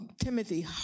Timothy